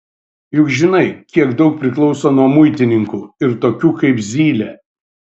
juk žinai kiek daug priklauso nuo muitininkų ir tokių kaip zylė